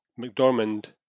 McDormand